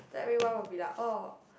everyone will be like oh